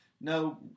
no